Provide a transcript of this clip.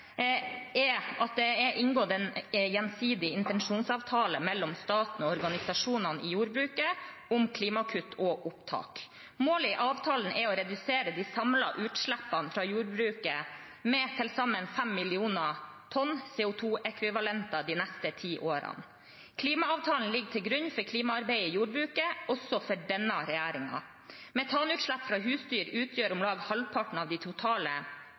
er det inngått en gjensidig intensjonsavtale mellom staten og organisasjonene i jordbruket om klimakutt og opptak. Målet i avtalen er å redusere de samlede utslippene fra jordbruket med til sammen 5 millioner tonn CO 2 -ekvivalenter de neste ti årene. Klimaavtalen ligger til grunn for klimaarbeidet i jordbruket også for denne regjeringen. Metanutslipp fra husdyr utgjør om lag halvparten av de totale